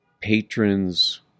patrons